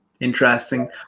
Interesting